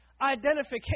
identification